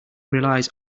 relies